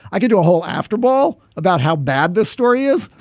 i could do a whole after ball about how bad this story is,